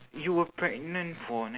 you were pregnant for